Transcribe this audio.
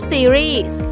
Series